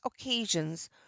occasions